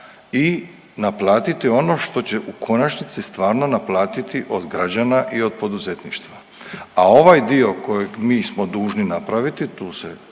i naplatiti ono što će u konačnici stvarno naplatiti od građana i od poduzetništva, a ovaj dio koji mi smo dužni napraviti, tu se